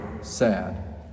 sad